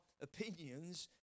opinions